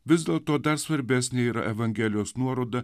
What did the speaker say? vis dėlto dar svarbesnė yra evangelijos nuoroda